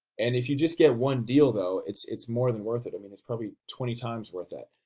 and if you just get one deal though, it's it's more than worth it. i mean, it's probably twenty times worth that.